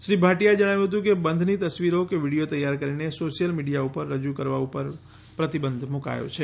શ્રી ભાટીયાએ જણાવ્યું હતું કે બંધની તસવીરો કે વીડિયો તૈયાર કરીને સોશિયલ મીડિયા ઉપર રજૂ કરવા ઉપર પ્રતિબંધ મૂકાયો છે